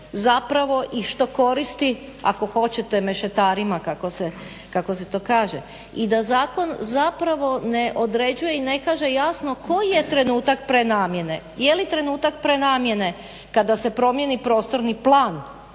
zapravo i što koristi ako hoćete mešetarima, kako se to kaže. I da zakon zapravo ne određuje i ne kaže jasno koji je trenutak prenamjene. Je li trenutak prenamjene kada se promijeni prostorni plan